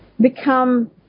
become